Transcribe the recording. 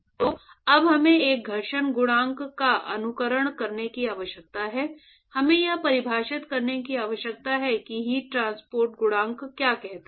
तो अब हमें एक घर्षण गुणांक का अनुकरण करने की आवश्यकता है हमें यह परिभाषित करने की आवश्यकता है कि हीट ट्रांसपोर्ट गुणांक क्या कहलाता है